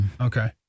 Okay